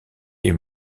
est